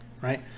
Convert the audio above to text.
Right